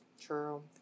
True